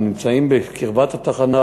הם נמצאים בקרבת התחנה,